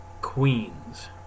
Queens